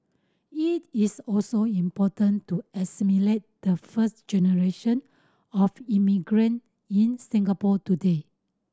it is also important to assimilate the first generation of immigrant in Singapore today